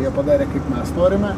jie padarė kaip mes norime